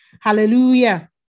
Hallelujah